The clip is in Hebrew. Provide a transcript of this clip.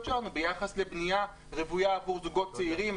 שלנו ביחס לבנייה רוויה עבור זוגות צעירים,